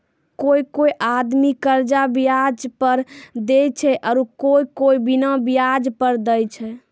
कोय कोय आदमी कर्जा बियाज पर देय छै आरू कोय कोय बिना बियाज पर देय छै